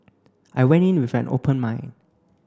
I went in with an open mind